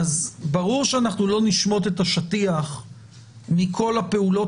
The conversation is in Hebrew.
אז ברור שאנחנו לא נשמוט את השטיח מכל הפעולות